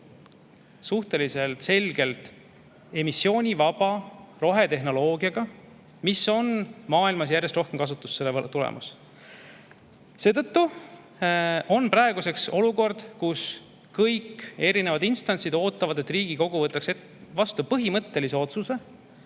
suhteliselt selgelt emissioonivaba rohetehnoloogiaga, mis on maailmas järjest rohkem kasutusse tulemas. Seetõttu on praegu olukord, kus kõik erinevad instantsid ootavad, et Riigikogu võtaks vastu põhimõttelise otsuse,